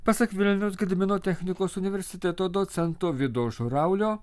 pasak vilniaus gedimino technikos universiteto docento vido žuraulio